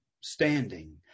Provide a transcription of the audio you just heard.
standing